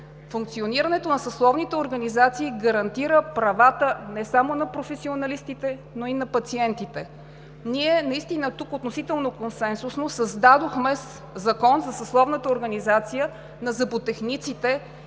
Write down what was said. Функционирането на съсловните организации гарантира правата не само на професионалистите, но и на пациентите. Ние тук относително консенсусно създадохме Закон за съсловната организация на зъботехниците